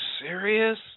serious